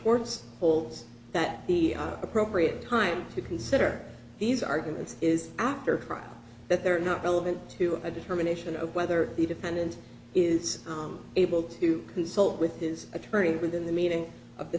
holds that the appropriate time to consider these arguments is after trial that they're not relevant to a determination of whether the defendant is able to consult with his attorney within the meaning of the